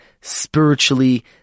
spiritually